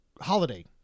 holiday